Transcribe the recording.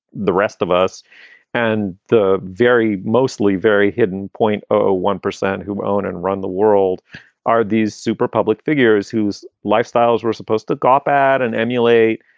the rest of us and the very mostly very hidden point, zero ah one percent who own and run the world are these super public figures whose lifestyles were supposed to combat and emulate.